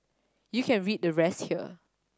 you can read the rest here